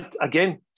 again